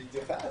שיתייחס.